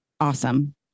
awesome